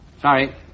Sorry